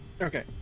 Okay